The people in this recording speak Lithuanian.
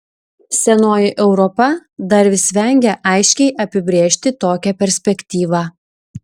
senoji europa dar vis vengia aiškiai apibrėžti tokią perspektyvą